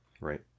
Right